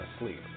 asleep